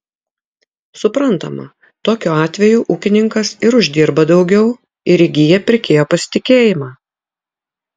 suprantama tokiu atveju ūkininkas ir uždirba daugiau ir įgyja pirkėjo pasitikėjimą